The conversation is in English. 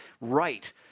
right